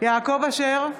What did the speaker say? יעקב אשר,